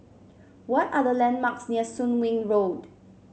what are the landmarks near Soon Wing Road